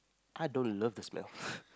I don't love the smell